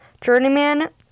journeyman